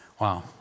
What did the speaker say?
Wow